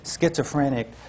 schizophrenic